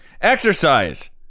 Exercise